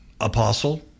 apostle